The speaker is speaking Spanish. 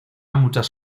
muchos